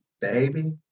baby